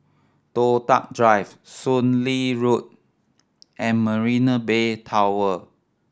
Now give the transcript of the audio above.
Toh Tuck Drive Soon Lee Road and Marina Bay Tower